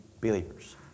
believers